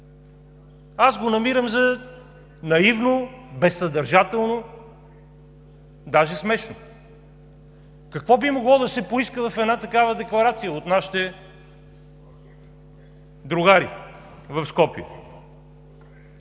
Аз го намирам за наивно, безсъдържателно, даже смешно. Какво би могло да се поиска в една такава декларация от нашите другари в Скопие?